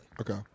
Okay